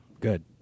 Good